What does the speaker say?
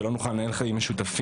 שלא נוכל לנהל חיים משותפים,